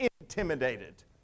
intimidated